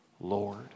Lord